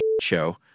show